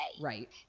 Right